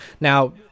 Now